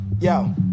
yo